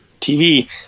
TV